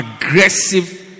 aggressive